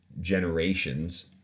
generations